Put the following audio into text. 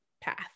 path